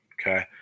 Okay